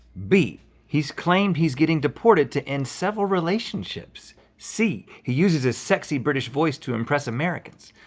b he's claimed he's getting deported to end several relationships. c he uses his sexy british voice to impress americans.